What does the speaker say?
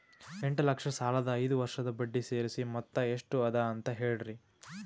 ಎಂಟ ಲಕ್ಷ ಸಾಲದ ಐದು ವರ್ಷದ ಬಡ್ಡಿ ಸೇರಿಸಿ ಮೊತ್ತ ಎಷ್ಟ ಅದ ಅಂತ ಹೇಳರಿ?